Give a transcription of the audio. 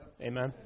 Amen